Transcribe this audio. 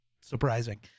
surprising